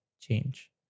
change